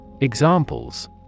Examples